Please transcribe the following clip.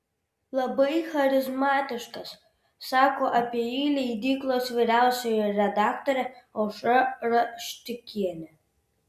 labai charizmatiškas sako apie jį leidyklos vyriausioji redaktorė aušra raštikienė